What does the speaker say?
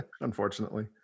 Unfortunately